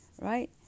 right